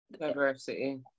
diversity